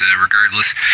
regardless